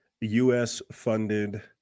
U.S.-funded